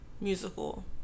musical